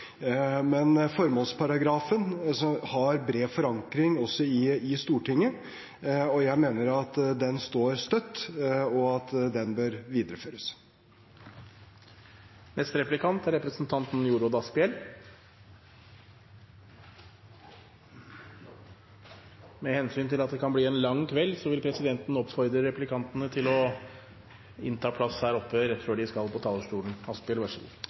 Men formålsparagrafen har bred forankring også i Stortinget, og jeg mener at den står støtt, og at den bør videreføres. Med hensyn til at det kan bli en lang kveld, vil presidenten oppfordre replikantene til å innta plass her oppe rett før de skal på talerstolen.